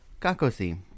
kakosi